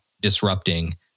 disrupting